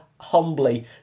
humbly